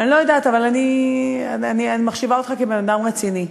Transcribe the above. אני לא יודעת, אבל אני מחשיבה אותך כבן-אדם רציני.